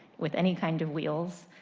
with any kind of wheels.